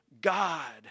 God